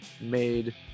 made